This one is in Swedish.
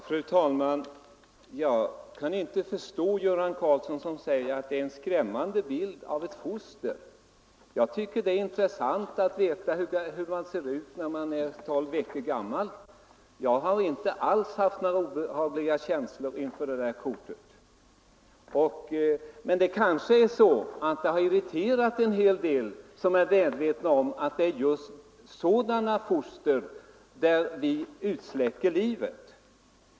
Fru talman! Jag kan inte förstå Göran Karlsson som säger att det är en skrämmande bild av ett foster. Jag tycker det är intressant att veta hur man ser ut när man är tolv veckor gammal. Jag har inte alls haft några obehagliga känslor inför det där kortet. Men det kanske är så att det har irriterat en hel del som är medvetna om att det är just för sådana foster som man utsläcker livet.